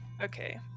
Okay